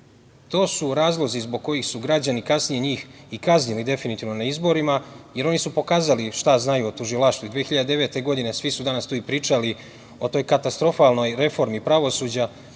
su razlozi zbog kojih su građani kasnije njih i kaznili, definitivno na izborima, jer oni su pokazali šta znaju o tužilaštvu i 2009. godine i svi su danas to i pričali o toj katastrofalnoj reformi pravosuđa